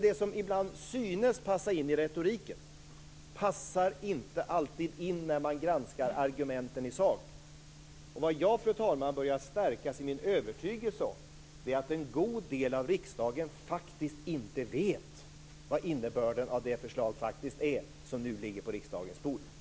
Det som ibland synes passa in i retoriken passar inte alltid in när man granskar argumenten i sak. Det jag, fru talman, börjar stärkas i min övertygelse om är att en god del av riksdagen inte vet vad innebörden av det förslag som ligger på riksdagens bord faktiskt är.